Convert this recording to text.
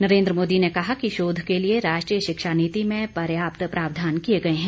नरेंद्र मोदी ने कहा कि शोध के लिए राष्ट्रीय शिक्षा नीति में पर्याप्त प्रावधान किए गए हैं